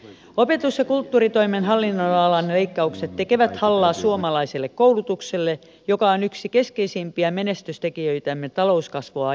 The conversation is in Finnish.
opetus ja kulttuuritoimen hallinnonalan leikkaukset tekevät hallaa suomalaiselle koulutukselle joka on yksi keskeisimpiä menestystekijöitämme talouskasvua ajatellen